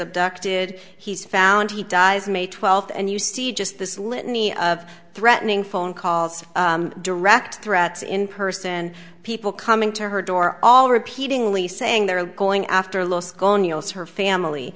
abducted he's found he dies may twelfth and you see just this litany of threatening phone calls direct threats in person people coming to her door all repeating lee saying they're going after lost her family